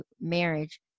marriage